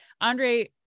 Andre